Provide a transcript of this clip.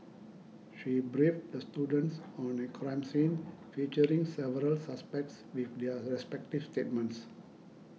she briefed the students on a crime scene featuring several suspects with their respective statements